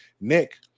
Nick